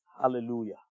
Hallelujah